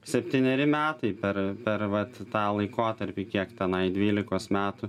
septyneri metai per per vat tą laikotarpį kiek tenai dvylikos metų